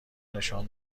نشان